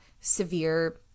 severe